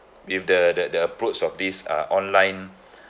if the the the approach of these uh online